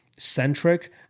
centric